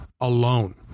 alone